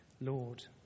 Lord